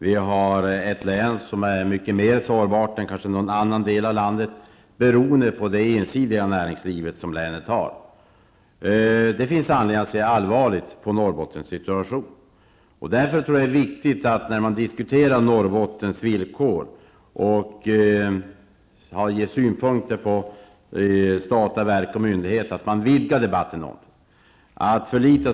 Vi har ett län som är mer sårbart än någon annan del av landet, beroende på det ensidiga näringslivet som länet har. Det finns anledning att se allvarligt på Norrbottens situation. Därför är det viktigt när vi diskuterar Norrbottens villkor och ger synpunkter på statliga verk och myndigheter att debatten vidgas något.